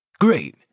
Great